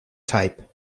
type